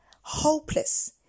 hopeless